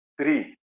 Three